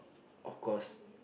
of course